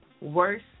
worse